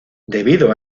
debido